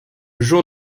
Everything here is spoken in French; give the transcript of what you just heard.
jour